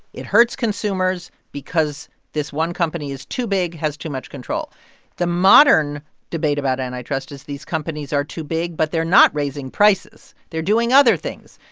it hurts consumers because this one company is too big, has too much control the modern debate about antitrust is these companies are too big, but they're not raising prices. they're doing other things.